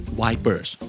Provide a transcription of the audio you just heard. wipers